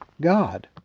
God